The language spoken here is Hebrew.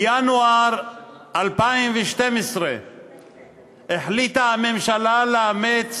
בינואר 2012 החליטה הממשלה לאמץ